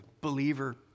believer